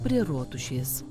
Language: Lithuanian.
prie rotušės